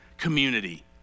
community